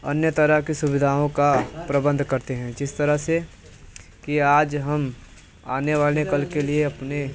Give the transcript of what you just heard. अन्य तरह की सुविधाओं का प्रबंध करते हैं जिस तरह से कि आज हम आने वाले कल के लिए अपने